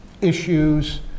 issues